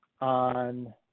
on